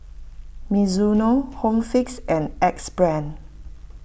Mizuno Home Fix and Axe Brand